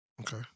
Okay